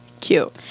Cute